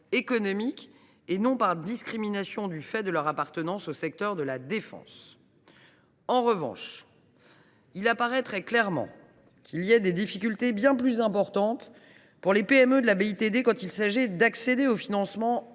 économiques, et non par discrimination du fait de leur appartenance au secteur de la défense. En revanche, il apparaît très clairement que les difficultés sont bien plus importantes pour les PME de la BITD quand il s’agit d’accéder au financement